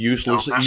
Useless